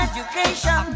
Education